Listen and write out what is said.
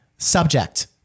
Subject